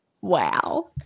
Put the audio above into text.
Wow